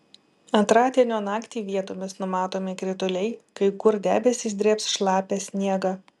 antradienio naktį vietomis numatomi krituliai kai kur debesys drėbs šlapią sniegą